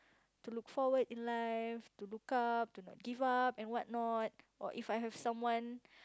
to forward in life to look up do not give up and what not or if I have someone